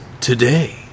today